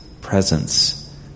presence